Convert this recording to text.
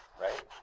right